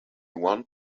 one